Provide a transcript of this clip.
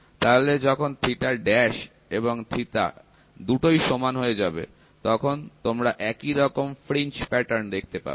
তাহলে যখন ড্যাশ এবং দুটোই সমান হয়ে যাবে তখন তোমরা একই রকম ফ্রিঞ্জ প্যাটার্ন দেখতে পাবে